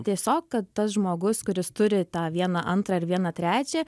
tiesiog kad tas žmogus kuris turi tą vieną antrą ir vieną trečią